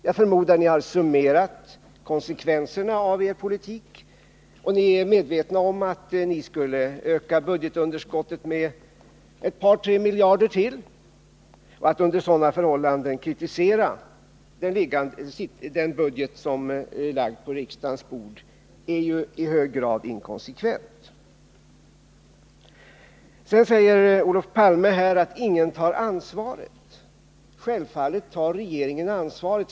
Jag förmodar att ni har summerat konsekvenserna av er politik och att ni är medvetna om att ni — om era förslag går igenom — skulle öka budgetunderskottet med ett par tre miljarder till. Att under sådana förhållanden kritisera den budget som är lagd på riksdagens bord är i hög grad inkonsekvent. Sedan säger Olof Palme att ingen tar ansvaret. Självfallet tar regeringen ansvaret.